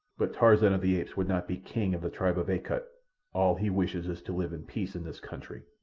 but tarzan of the apes would not be king of the tribe of akut. all he wishes is to live in peace in this country.